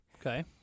okay